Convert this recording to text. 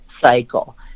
cycle